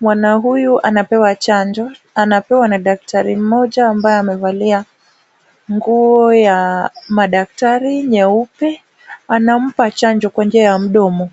Mwana huyu anapewa chanjo. Anapewa na daktari mmoja ambaye amevalia nguo ya madaktari nyeupe, anampa chanjo kwa njia ya mdomo.